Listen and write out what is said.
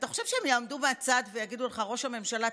אתה חושב שהם יעמדו בצד ויגידו לך: ראש הממשלה,